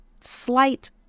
slight